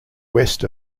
west